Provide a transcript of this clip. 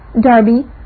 Darby